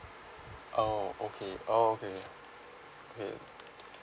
orh okay orh okay okay